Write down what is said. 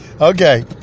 Okay